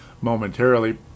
momentarily